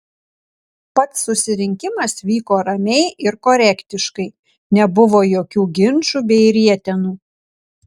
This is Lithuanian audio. pats susirinkimas vyko ramiai ir korektiškai nebuvo jokių ginčų bei rietenų